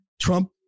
Trump